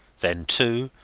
then two,